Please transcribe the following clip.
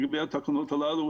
לגבי התקנות הללו,